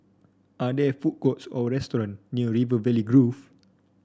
are there food courts or restaurant near River Valley Grove